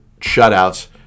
shutouts